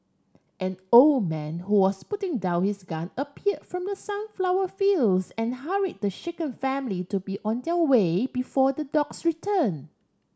an old man who was putting down his gun appear from the sunflower fields and hurry the shaken family to be on their way before the dogs return